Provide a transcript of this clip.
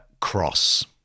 Cross